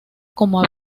como